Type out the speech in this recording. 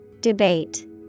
Debate